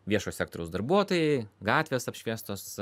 viešo sektoriaus darbuotojai gatvės apšviestos